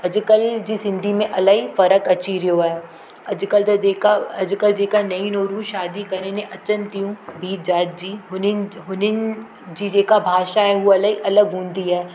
अॼुकल्ह जी सिंधी में इलाही फ़र्क अची रहियो आहे अॼुकल्ह जा जेका अॼुकल्ह जेका नई नोरू शादी करे न अचनि थियूं ॿी जात जी हुननि हुननि जी जेका भाषा आहे हूअ इलाही अलॻि हूंदी आहे